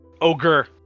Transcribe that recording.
Ogre